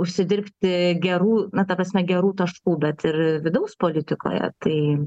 užsidirbti gerų na ta prasme gerų taškų bet ir vidaus politikoje tai